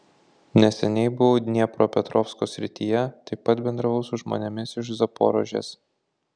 neseniai buvau dniepropetrovsko srityje taip pat bendravau su žmonėmis iš zaporožės